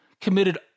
committed